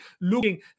looking